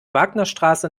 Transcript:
wagnerstraße